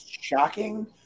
shocking